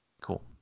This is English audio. Cool